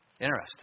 Interesting